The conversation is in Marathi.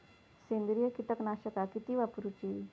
सेंद्रिय कीटकनाशका किती वापरूची?